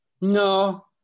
no